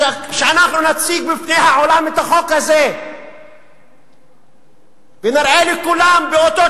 כשאנחנו נציג בפני העולם את החוק הזה ונראה לכולם באותות